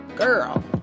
Girl